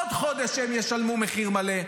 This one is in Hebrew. עוד חודש הם ישלמו מחיר מלא.